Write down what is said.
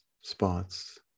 spots